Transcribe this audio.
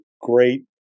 great